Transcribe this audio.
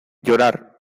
llorar